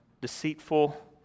deceitful